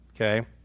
okay